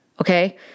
okay